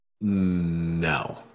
no